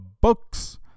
books